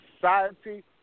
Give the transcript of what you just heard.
society